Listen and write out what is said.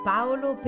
Paolo